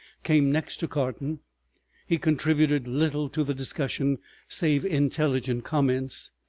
came next to carton he contributed little to the discussion save intelligent comments,